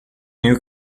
new